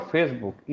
Facebook